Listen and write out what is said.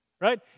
Right